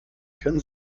können